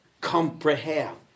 comprehend